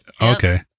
Okay